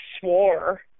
swore